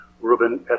Ruben